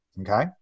Okay